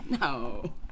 no